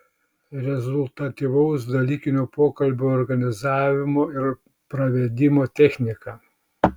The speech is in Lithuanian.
rezultatyvaus dalykinio pokalbio organizavimo ir pravedimo technika